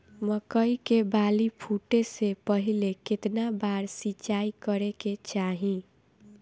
मकई के बाली फूटे से पहिले केतना बार सिंचाई करे के चाही?